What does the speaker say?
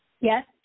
yes